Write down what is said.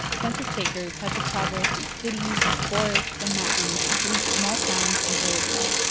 census takers had to travel through cities, forests and mountains to reach small towns and villages.